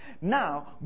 Now